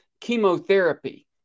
chemotherapy